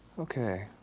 okay,